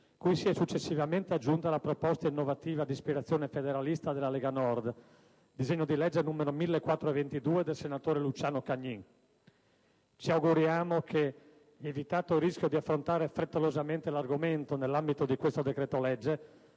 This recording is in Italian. cui si è successivamente aggiunta la proposta innovativa, di ispirazione federalista, della Lega Nord, cioè il disegno di legge n. 1422, a prima firma del senatore Luciano Cagnin. Ci auguriamo che, evitato il rischio di affrontare frettolosamente l'argomento nell'ambito di questo decreto-legge,